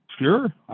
Sure